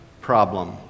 problem